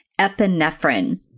epinephrine